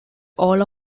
all